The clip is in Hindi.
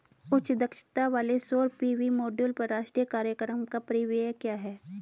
उच्च दक्षता वाले सौर पी.वी मॉड्यूल पर राष्ट्रीय कार्यक्रम का परिव्यय क्या है?